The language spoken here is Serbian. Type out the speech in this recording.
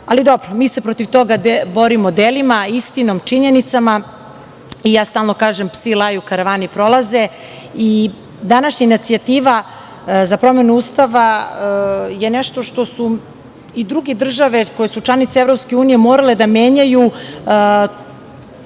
dobro, mi se protiv toga borimo delima i istinom, činjenicom, i ja stalno kažem – psi laju, a karavani prolaze. I današnja inicijativa za promenu Ustava je nešto što su i druge države koje su članice EU, morale da menjaju,